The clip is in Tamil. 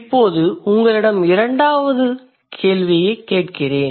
இப்போது உங்களிடம் இரண்டாவது கேள்விக் கேட்கிறேன்